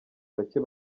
bacye